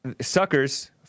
suckers